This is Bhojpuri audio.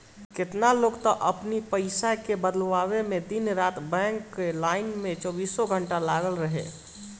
केतना लोग तअ अपनी पईसा के बदलवावे में दिन रात बैंक कअ लाइन में चौबीसों घंटा लागल रहे